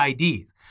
IDs